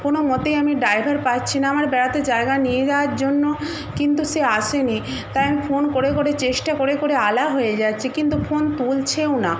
কোনমতেই আমি ড্রাইভার পাচ্ছি না আমার বেড়াতে জায়গায় নিয়ে যাওয়ার জন্য কিন্তু সে আসেনি তাই আমি ফোন করে করে চেষ্টা করে করে আলা হয়ে যাচ্ছি কিন্তু ফোন তুলছেও না